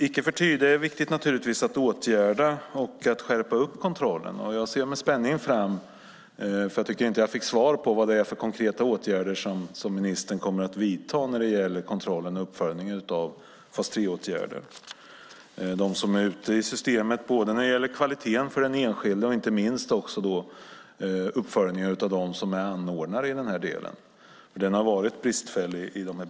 Icke förty är det dock naturligtvis viktigt att åtgärda och att skärpa kontrollen. Jag ser med spänning fram mot det. Jag tycker inte att jag fick svar på vad det var för konkreta åtgärder som ministern kommer att vidta när det gäller kontrollen och uppföljningen av fas 3-åtgärder vad gäller kvaliteten för de enskilda som är ute i systemet och uppföljningar av dem som är anordnare. Den har varit bristfällig.